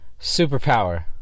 superpower